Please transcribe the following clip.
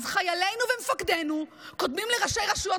אז חיילינו ומפקדינו קודמים לראשי רשויות